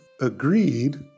agreed